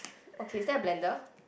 okay is there a blender